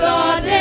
Lord